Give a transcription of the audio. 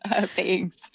Thanks